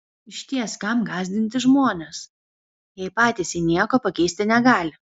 išties kam gąsdinti žmones jei patys jie nieko pakeisti negali